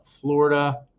Florida